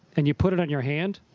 and you put it on your hand.